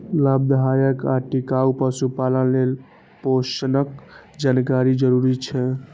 लाभदायक आ टिकाउ पशुपालन लेल पोषणक जानकारी जरूरी छै